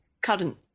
current